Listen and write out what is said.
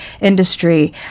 industry